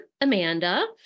Amanda